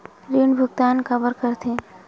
ऋण भुक्तान काबर कर थे?